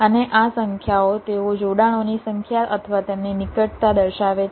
અને આ સંખ્યાઓ તેઓ જોડાણોની સંખ્યા અથવા તેમની નિકટતા દર્શાવે છે